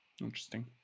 Interesting